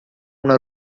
una